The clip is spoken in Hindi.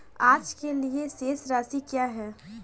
आज के लिए शेष राशि क्या है?